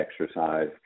exercise